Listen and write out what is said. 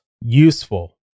useful